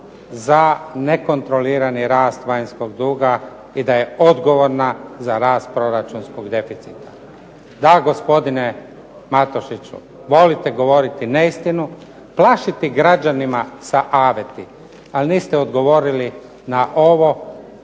za nekontrolirani rast vanjskog duga i da je odgovorna za rast proračunskog deficita. Da gospodine Matušiću volite govoriti neistinu, plašiti građane sa aveti, a niste odgovorili na ovo